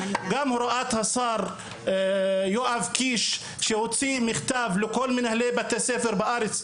גם הוראת השר יואב קיש שהוציא מכתב לכל מנהלי בתי הספר בארץ,